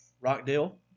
Rockdale